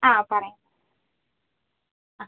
ആ പറയാം ആ